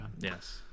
Yes